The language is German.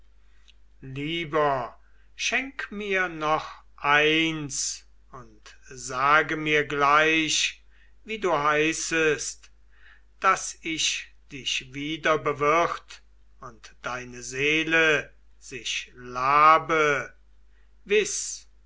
lieber schenk mir noch eins und sage mir gleich wie du heißest daß ich dich wieder bewirt und deine seele sich labe